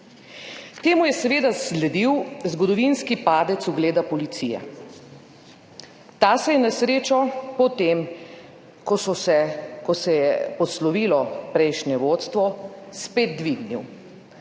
Temu je seveda sledil zgodovinski padec ugleda policije. Ta se je na srečo po tem, ko se je poslovilo prejšnje vodstvo, spet dvignil.